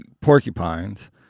porcupines